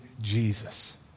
Jesus